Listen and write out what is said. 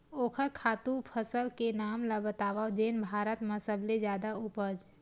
ओखर खातु फसल के नाम ला बतावव जेन भारत मा सबले जादा उपज?